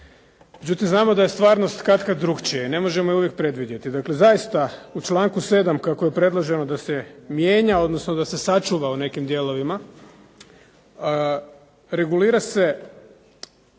Međutim znamo da je stvarnost katkad drukčija i ne možemo je uvijek predvidjeti. Dakle zaista u članku 7. kako je predloženo da se mijenja, odnosno da se sačuva u nekim dijelovima, regulira se